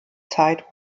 zeit